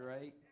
right